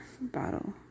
bottle